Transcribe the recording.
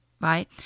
right